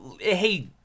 hey